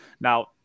Now